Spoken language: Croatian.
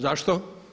Zašto?